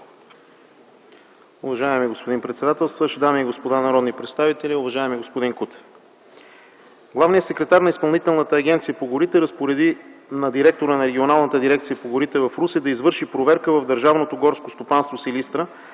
Уважаеми господин председателстващ, дами и господа народни представители, уважаеми господин Кутев! Главният секретар на Изпълнителната агенция по горите разпореди на директора на Регионалната дирекция по горите в Русе да извърши проверка в Държавното горско стопанство, Силистра